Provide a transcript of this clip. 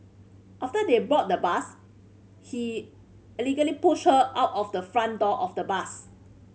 after they boarded the bus he allegedly pushed her out of the front door of the bus